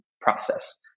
process